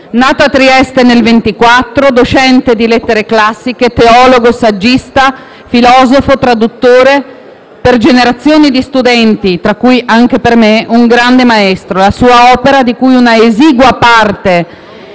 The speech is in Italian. Nato a Trieste nel 1924, docente di lettere classiche, teologo, saggista, filosofo, traduttore, per generazioni di studenti e anche per me un grande maestro. La sua opera, di cui una esigua parte